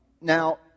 Now